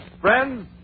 Friends